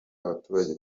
abaturage